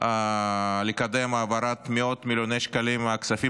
לקדם העברת מאות מיליוני שקלים מהכספים